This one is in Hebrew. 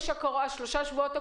בשלושת השבועות הקרובים,